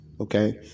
Okay